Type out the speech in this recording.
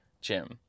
Jim